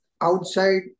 outside